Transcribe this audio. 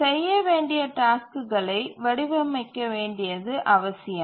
செய்ய வேண்டிய டாஸ்க்குகளை வடிவமைக்க வேண்டியது அவசியம்